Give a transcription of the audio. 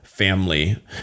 family